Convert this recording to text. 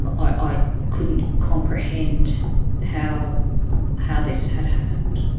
um i couldn't comprehend how how this had happened.